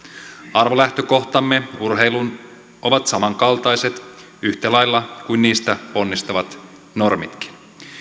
arvolähtökohtamme urheiluun ovat samankaltaiset yhtä lailla kuin niistä ponnistavat normitkin